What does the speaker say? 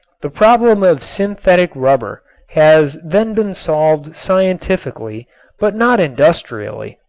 the problem of synthetic rubber has then been solved scientifically but not industrially.